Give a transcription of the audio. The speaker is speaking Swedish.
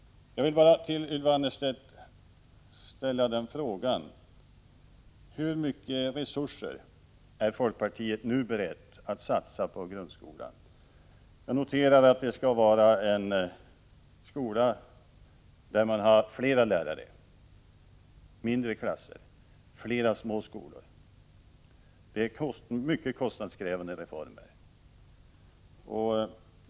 Jag vill till Ylva Annerstedt bara ställa frågan: Hur mycket resurser är folkpartiet nu berett att satsa på grundskolan? Jag noterar att det skall vara en skola där man har flera lärare, mindre klasser, flera små skolor. Det är mycket kostnadskrävande reformer.